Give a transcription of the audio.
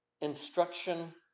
instruction